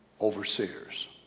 Overseers